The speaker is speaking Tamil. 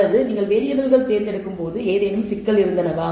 அல்லது நீங்கள் வேறியபிள்கள் தேர்ந்தெடுக்கும்போது ஏதேனும் சிக்கல் இருந்தனவா